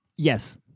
Yes